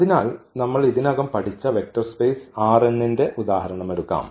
അതിനാൽ നമ്മൾ ഇതിനകം പഠിച്ച വെക്റ്റർ സ്പേസ് ന്റെ ഉദാഹരണം എടുക്കാം